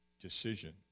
decision